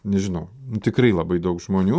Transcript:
nežinau tikrai labai daug žmonių